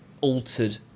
altered